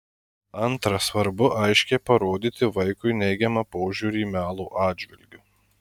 antra svarbu aiškiai parodyti vaikui neigiamą požiūrį melo atžvilgiu